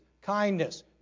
kindness